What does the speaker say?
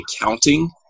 accounting